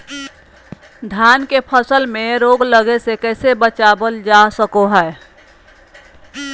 धान के फसल में रोग लगे से कैसे बचाबल जा सको हय?